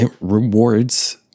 rewards